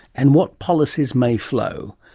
and what policies may flow.